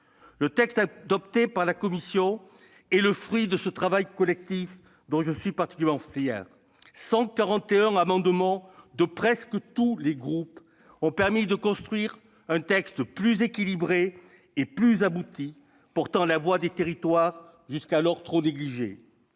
Le texte adopté par la commission est le fruit de ce travail collectif, dont je suis particulièrement fier : 141 amendements de presque tous les groupes ont permis de construire un texte plus équilibré et plus abouti, portant la voix des territoires jusqu'alors trop négligée.